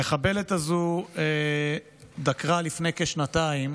המחבלת הזו דקרה לפני כשנתיים